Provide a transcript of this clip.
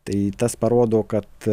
tai parodo kad